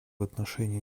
отношении